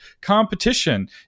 competition